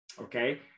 Okay